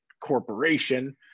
corporation